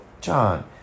John